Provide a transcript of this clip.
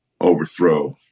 overthrow